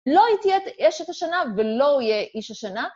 לא הייתי אשת השנה ולא הוא יהיה איש השנה.